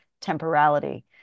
temporality